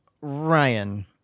Ryan